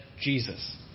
Jesus